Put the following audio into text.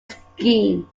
skin